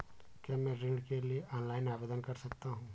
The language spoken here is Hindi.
क्या मैं ऋण के लिए ऑनलाइन आवेदन कर सकता हूँ?